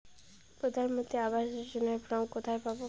প্রধান মন্ত্রী আবাস যোজনার ফর্ম কোথায় পাব?